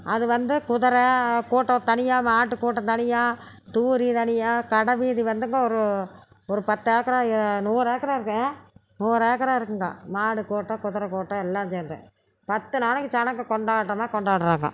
அது வந்து குதிரை கூட்டம் தனியாக மாட்டு கூட்டம் தனியாக தூறி தனியாக கடை வீதி வந்துங்க ஒரு ஒரு பத்து ஏக்கரா எ நூறு ஏக்கரா இருக்கும் ஆ நூறு ஏக்கரா இருக்குதுங்க மாடு கூட்டம் குதிரை கூட்டம் எல்லாம் சேர்ந்து பத்து நாளைக்கு ஜனங்கள் கொண்டாட்டமாக கொண்டாடுகிறாங்க